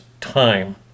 time